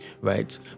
right